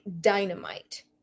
dynamite